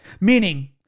Meaning